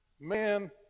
Man